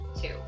two